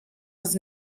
was